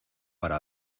para